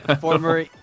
Former